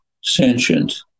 sentient